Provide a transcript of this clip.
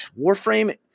Warframe